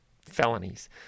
felonies